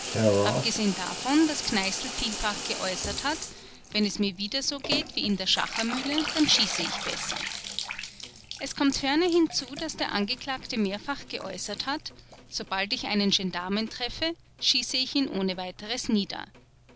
abgesehen davon daß kneißl vielfach geäußert hat wenn es mir wieder so geht wie in der schachermühle dann schieße ich besser es kommt ferner hinzu daß der angeklagte mehrfach geäußert hat sobald ich einen gendarmen treffe schieße ich ihn ohne weiteres nieder